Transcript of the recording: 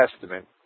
Testament